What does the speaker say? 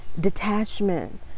detachment